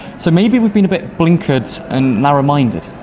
so maybe we've been a bit blinkered and narrow-minded,